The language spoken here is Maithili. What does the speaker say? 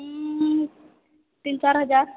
तीन चारि हजार